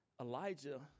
Elijah